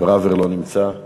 לא נמצא.